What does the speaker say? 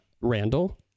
randall